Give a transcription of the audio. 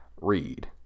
read